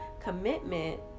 commitment